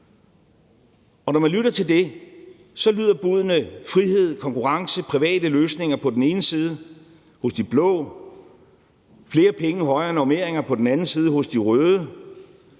og når man lytter til det, lyder buddene: Frihed, konkurrence og private løsninger på den ene side hos de blå og flere penge og højere normeringer på den anden side hos de røde.